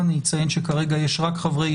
הוועדה, אני אציין שכרגע יש רק חברי